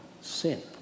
sin